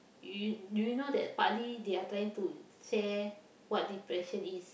you do you know that partly they are trying to share what depression is